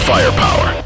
Firepower